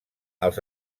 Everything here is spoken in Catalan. als